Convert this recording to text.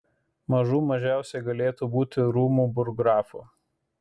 mažų mažiausiai galėtų būti rūmų burggrafu